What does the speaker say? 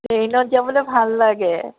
ট্ৰেইনত যাবলৈ ভাল লাগে